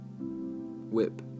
whip